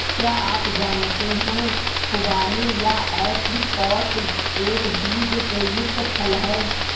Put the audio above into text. क्या आप जानते है खुबानी या ऐप्रिकॉट एक बीज से युक्त फल है?